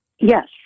Yes